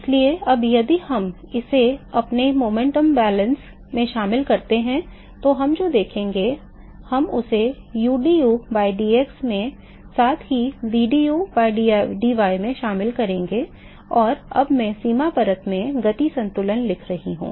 इसलिए अब यदि हम इसे अपने संवेग संतुलन में शामिल करते हैं तो हम जो देखेंगे हम उसे udu by dx में साथ ही vdu by dy में शामिल करेंगे और अब मैं सीमा परत में गति संतुलन लिख रहा हूं